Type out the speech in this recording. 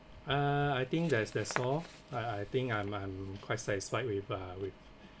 uh I think that's that's all I I think I'm I'm quite satisfied with a with